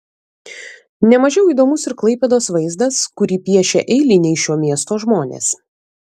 ne mažiau įdomus ir klaipėdos vaizdas kurį piešia eiliniai šio miesto žmonės